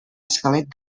esquelet